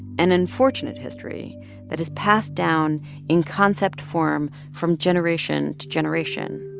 an unfortunate history that has passed down in concept form from generation to generation.